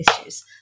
issues